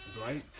Right